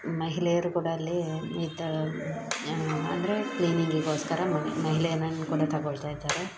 ಮಹಿಳೆಯರು ಕೂಡ ಅಲ್ಲಿ ಈ ಥರ ಅಂದ್ರೆ ಕ್ಲೀನಿಂಗಿಗೋಸ್ಕರ ಮಹಿಳೆಯರನ್ನು ಕೂಡ ತಗೊಳ್ತಾ ಇದ್ದಾರೆ